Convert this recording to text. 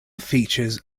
features